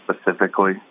specifically